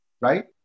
right